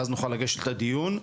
ואז נוכל לגשת לדיון.